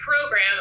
program